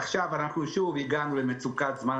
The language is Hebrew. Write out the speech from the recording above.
עכשיו אנחנו שוב הגענו למצוקת זמן,